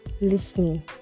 listening